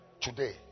Today